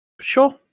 Sure